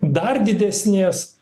dar didesnės